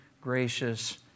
gracious